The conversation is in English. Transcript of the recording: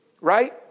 right